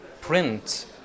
print